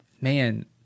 man